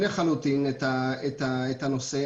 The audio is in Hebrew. בנוסף,